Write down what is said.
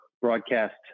broadcast